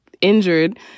injured